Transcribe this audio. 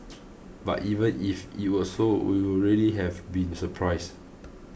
but even if it were so we would really have been surprised